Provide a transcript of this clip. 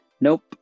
nope